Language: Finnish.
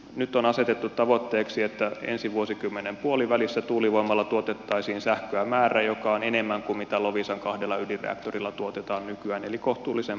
nyt on asetettu tavoitteeksi että ensi vuosikymmenen puolivälissä tuulivoimalla tuotettaisiin sähköä määrä joka on enemmän kuin mitä loviisan kahdella ydinreaktorilla tuotetaan nykyään eli kohtuullisen paljon